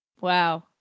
Wow